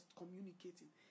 communicating